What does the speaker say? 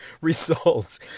results